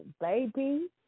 Baby